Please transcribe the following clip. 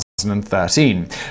2013